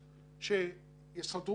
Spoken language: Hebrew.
תודה.